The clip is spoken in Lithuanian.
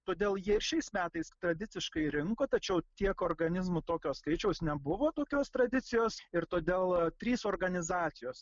todėl jie ir šiais metais tradiciškai rinko tačiau tiek organizmų tokio skaičiaus nebuvo tokios tradicijos ir todėl trys organizacijos